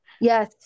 Yes